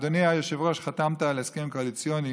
אדוני היושב-ראש, חתמת על הסכם קואליציוני